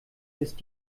ist